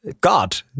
God